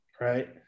right